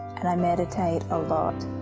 and i meditate a lot.